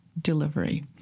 delivery